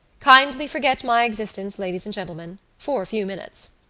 kindly forget my existence, ladies and gentlemen, for a few minutes.